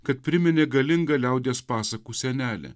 kad priminė galingą liaudies pasakų senelę